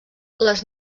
les